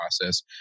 process